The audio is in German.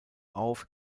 auf